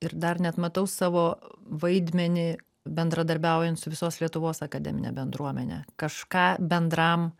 ir dar net matau savo vaidmenį bendradarbiaujant su visos lietuvos akademine bendruomene kažką bendram